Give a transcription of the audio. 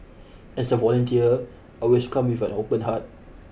as a volunteer I always come with an open heart